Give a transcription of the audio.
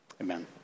Amen